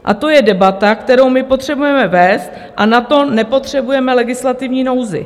A to je debata, kterou my potřebujeme vést, a na to nepotřebujeme legislativní nouzi.